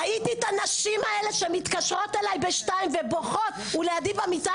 ראיתי את הנשים האלה שמתקשרות אליי ב-02:00 ובוכות: הוא לידי במיטה,